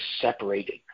separated